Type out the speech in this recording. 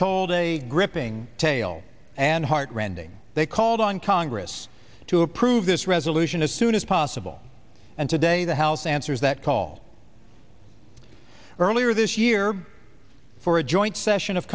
told a gripping tale and heart rending they called on congress to approve this resolution as soon as possible and today the house answers that call earlier this year for a joint session of